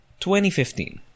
2015